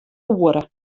oere